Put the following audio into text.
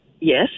yes